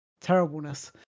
terribleness